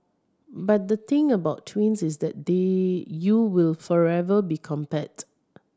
but the thing about twins is that they you will forever be compared